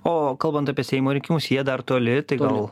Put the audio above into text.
o kalbant apie seimo rinkimus jie dar toli tai gal